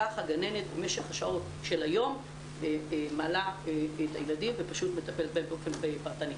כך הגננת במשך השעות של היום מעלה את הילדים ומטפלת בהם באופן פרטני.